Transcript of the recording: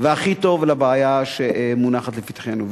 והכי טוב לבעיה שמונחת לפתחנו.